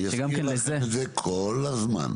אני אזכיר לכם את זה כל הזמן.